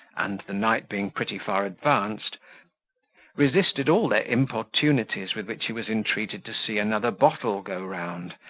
and the night being pretty far advanced resisted all their importunities with which he was entreated to see another bottle go round,